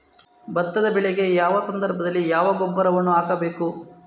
ಭತ್ತದ ಬೆಳೆಗೆ ಯಾವ ಸಂದರ್ಭದಲ್ಲಿ ಯಾವ ಗೊಬ್ಬರವನ್ನು ಹಾಕಬೇಕು?